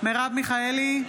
מרב מיכאלי,